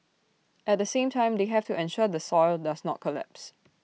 at the same time they have to ensure the soil does not collapse